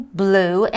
blue